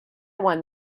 one